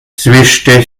zischte